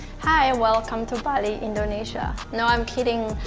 hi, welcome to bali, indonesia! no i'm kidding.